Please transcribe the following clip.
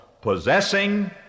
Possessing